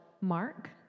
Mark